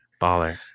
baller